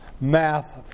math